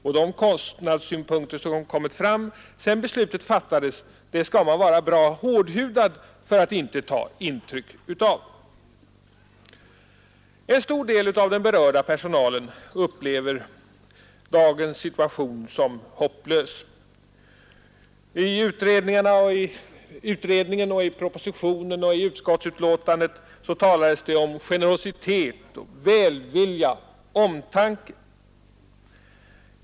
Man skall vara bra hårdhudad för att inte ta intryck av de kostnadssynpunkter som kommit fram sedan beslutet fattades. En stor del av den berörda personalen upplever dagens situation som hopplös. I utredningen, propositionen och utskottsbetänkandet talas det om generositet, välvilja och omtanke.